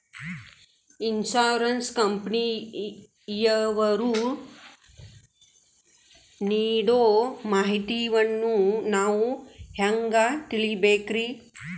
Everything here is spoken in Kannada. ಇನ್ಸೂರೆನ್ಸ್ ಕಂಪನಿಯವರು ನೀಡೋ ಮಾಹಿತಿಯನ್ನು ನಾವು ಹೆಂಗಾ ತಿಳಿಬೇಕ್ರಿ?